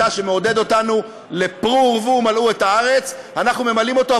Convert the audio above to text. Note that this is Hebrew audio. אתה שמעודד אותנו ל"פרו ורבו ומלאו את הארץ" אנחנו ממלאים אותה,